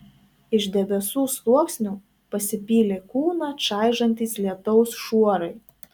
iš debesų sluoksnių pasipylė kūną čaižantys lietaus šuorai